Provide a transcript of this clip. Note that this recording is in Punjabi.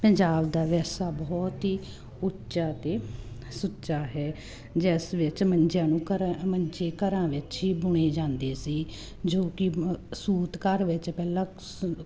ਪੰਜਾਬ ਦਾ ਵਿਰਸਾ ਬਹੁਤ ਹੀ ਉੱਚਾ ਅਤੇ ਸੁੱਚਾ ਹੈ ਜਿਸ ਵਿੱਚ ਮੰਜਿਆਂ ਨੂੰ ਘਰਾਂ ਮੰਜੇ ਘਰਾਂ ਵਿੱਚ ਹੀ ਬੁਣੇ ਜਾਂਦੇ ਸੀ ਜੋ ਕਿ ਸੂਤ ਘਰ ਵਿੱਚ ਪਹਿਲਾਂ ਸ